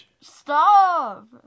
Stop